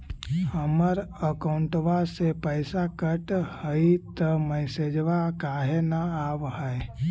हमर अकौंटवा से पैसा कट हई त मैसेजवा काहे न आव है?